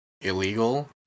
illegal